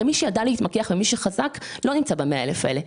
מי שידע להתמקח ומי שחזק, לא נמצא במאה אלף האלה.